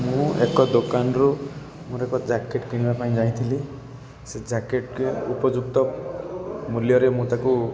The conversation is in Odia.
ମୁଁ ଏକ ଦୋକାନରୁ ମୋର ଏକ ଜ୍ୟାକେଟ୍ କିଣିବା ପାଇଁ ଯାଇଥିଲି ସେ ଜ୍ୟାକେଟ୍ ଉପଯୁକ୍ତ ମୂଲ୍ୟରେ ମୁଁ ତାକୁ